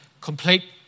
Complete